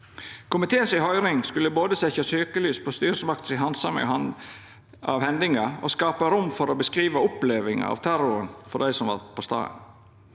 Komitéhøyringa skulle både setja søkelys på styresmaktene si handsaming av hendinga og skapa rom for å beskriva opplevinga av terroren for dei som var på staden.